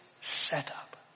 setup